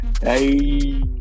hey